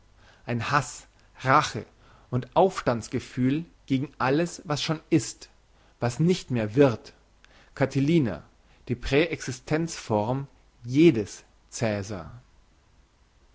ein hass rache und aufstands gefühl gegen alles was schon ist was nicht mehr wird catilina die präexistenz form jedes